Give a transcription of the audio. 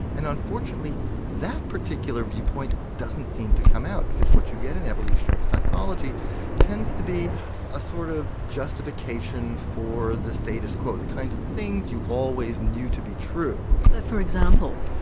and unfortunately that particular viewpoint doesn't seem to come out because what you get in evolutionary psychology tends to be a sort of justification for the status quo, the kinds of things you always knew to be true. so for example.